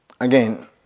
Again